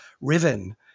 riven